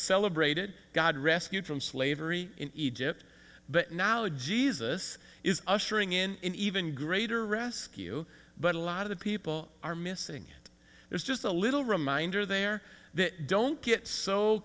celebrated god rescued from slavery in egypt but now a jesus is ushering in in even greater rescue but a lot of people are missing it there's just a little reminder there that don't get so